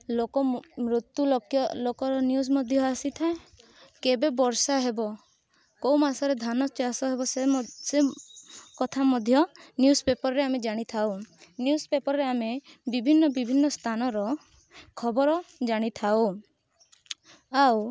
ଲୋକ ମୃତ୍ୟୁ ଲୋକର ନିଉଜ ମଧ୍ୟ ଆସିଥାଏ କେବେ ବର୍ଷା ହେବ କେଉଁ ମାସରେ ଧାନ ଚାଷ ହେବ ସେ ମଧ୍ୟ ସେ କଥା ମଧ୍ୟ ନିଉଜ ପେପରରେ ଆମେ ଜାଣି ଥାଉ ନିଉଜ ପେପରରେ ଆମେ ବିଭିନ୍ନ ବିଭିନ୍ନ ସ୍ଥାନର ଖବର ଜାଣିଥାଉ ଆଉ